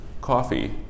coffee